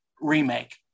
remake